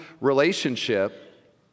relationship